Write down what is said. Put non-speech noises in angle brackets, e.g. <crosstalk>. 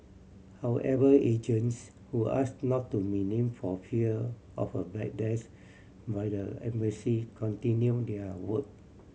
however agents who ask not to <unintelligible> name for fear of a backlash by the embassy continue their work